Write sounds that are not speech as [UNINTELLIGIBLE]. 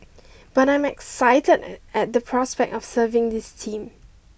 but I'm excited [UNINTELLIGIBLE] at the prospect of serving this team